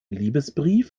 liebesbrief